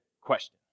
question